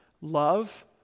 love